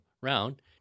round